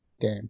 game